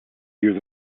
years